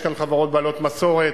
יש כאן חברות בעלות מסורת,